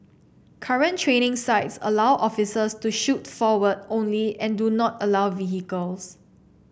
current training sites allow officers to shoot forward only and do not allow vehicles